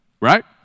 right